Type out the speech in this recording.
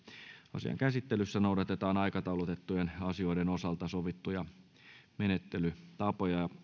asian käsittelyssä noudatetaan aikataulutettujen asioiden osalta sovittuja menettelytapoja